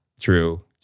true